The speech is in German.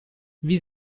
wie